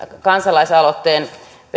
kansalaisaloitteen